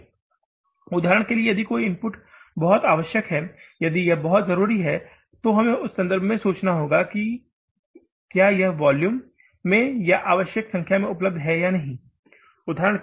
इसलिए उदाहरण के लिए यदि कोई इनपुट बहुत आवश्यक है यदि यह बहुत जरूरी है तो हमें उसके संदर्भ में सोचना होगा कि क्या यह वोल्यूम में या आवश्यक संख्या में उपलब्ध नहीं है